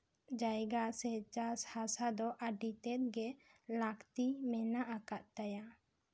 ᱪᱟᱥ ᱡᱟᱭᱜᱟ ᱥᱮ ᱪᱟᱥ ᱦᱟᱥᱟ ᱫᱚ ᱟᱹᱰᱤ ᱛᱮᱜ ᱜᱮ ᱞᱟᱹᱠᱛᱤ ᱢᱮᱱᱟᱜ ᱟᱠᱟᱫ ᱛᱟᱭᱟ